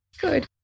Good